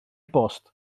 bost